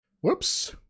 Whoops